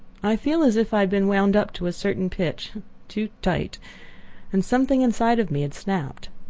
i feel as if i had been wound up to a certain pitch too tight and something inside of me had snapped.